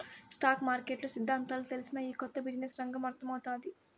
stock market సిద్దాంతాలు తెల్సినా, ఈ కొత్త బిజినెస్ రంగం అర్థమౌతాది